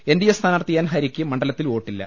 N D A സ്ഥാനാർത്ഥി N ഹരിക്ക് മണ്ഡലത്തിൽ വോട്ടില്ല